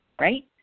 right